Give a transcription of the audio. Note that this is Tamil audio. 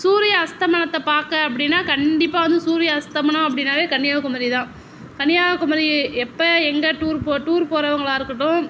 சூரிய அஸ்தமனத்தை பார்க்க அப்படீன்னா கண்டிப்பாக வந்து சூரிய அஸ்தமனம் அப்படீன்னாவே கன்னியாகுமரி தான் கன்னியாகுமரி எப்போ எங்கே டூர் போ டூருக்கு போறவங்ளா இருக்கட்டும்